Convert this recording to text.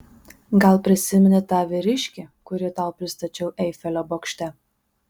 gal prisimeni tą vyriškį kurį tau pristačiau eifelio bokšte